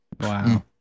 Wow